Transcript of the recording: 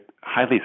highly